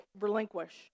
relinquish